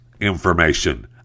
information